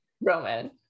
roman